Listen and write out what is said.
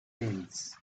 names